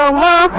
ah la